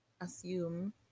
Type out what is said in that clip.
assume